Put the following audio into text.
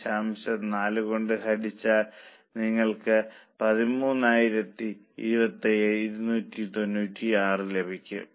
4 കൊണ്ട് ഹരിച്ചാൽ നിങ്ങൾക്ക് 132596 ലഭിക്കും